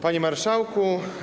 Panie Marszałku!